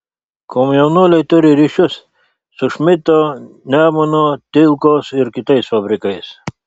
komjaunuoliai turi ryšius su šmidto nemuno tilkos ir kitais fabrikais